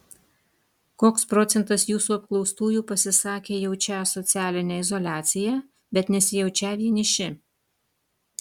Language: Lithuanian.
koks procentas jūsų apklaustųjų pasisakė jaučią socialinę izoliaciją bet nesijaučią vieniši